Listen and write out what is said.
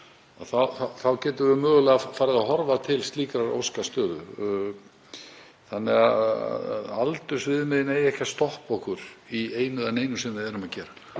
þá getum við mögulega farið að horfa til slíkrar óskastöðu þannig að aldursviðmiðin eigi ekki að stoppa okkur í einu eða neinu sem við erum að gera.